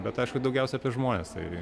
bet aišku daugiausiai apie žmones tai